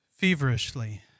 feverishly